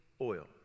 oil